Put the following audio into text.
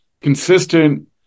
consistent